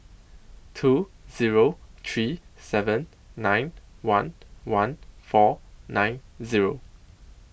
two Zero three seven nine one one four nine Zero